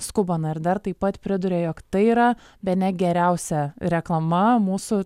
skubą na ir dar taip pat priduria jog tai yra bene geriausia reklama mūsų